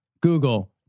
Google